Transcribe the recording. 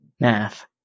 Math